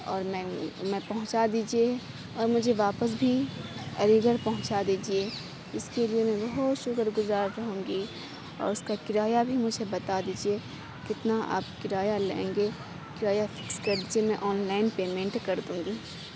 اور میں میں پہنچا دیجیے اور مجھے واپس بھی علی گڑھ پہنچا دیجیے اِس کے لیے میں بہت شُکر گُزار رہوں گی اور اُس کا کرایہ بھی مجھے بتا دیجیے کتنا آپ کرایہ لیں گے کرایہ فکس کر دیجیے میں آن لائن پیمنٹ کر دوں گی